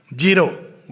zero